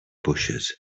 bushes